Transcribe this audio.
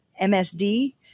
MSD